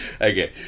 Okay